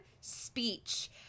speech